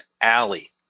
alley